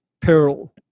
peril